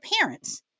parents